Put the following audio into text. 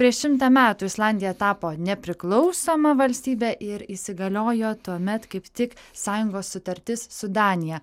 prieš šimtą metų islandija tapo nepriklausoma valstybe ir įsigaliojo tuomet kaip tik sąjungos sutartis su danija